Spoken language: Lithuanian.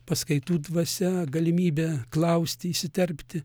paskaitų dvasia galimybe klausti įsiterpti